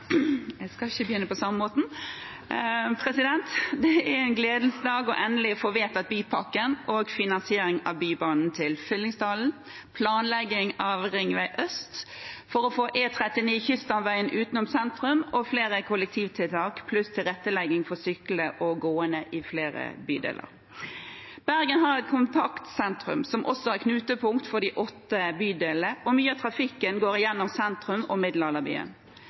vedtatt Bypakken og finansiering av Bybanen til Fyllingsdalen, planlegging av Ringvei Øst for å få E39 Kyststamveien utenom sentrum og flere kollektivtiltak pluss tilrettelegging for syklende og gående i flere bydeler. Bergen har et kompakt sentrum som også er knutepunkt for de åtte bydelene, og mye av trafikken går gjennom sentrum og Middelalderbyen.